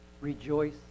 rejoice